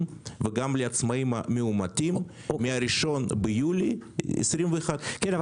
וגם לעצמאים מאומתים מה-1 ביולי 21. כן,